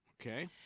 Okay